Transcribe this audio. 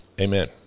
Amen